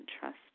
trust